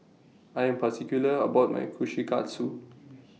I Am particular about My Kushikatsu